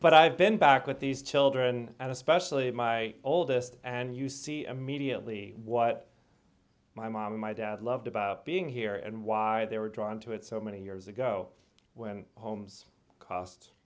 but i've been back with these children and especially my oldest and you see immediately what my mom and my dad loved about being here and why they were drawn to it so many years ago when homes cost